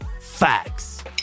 Facts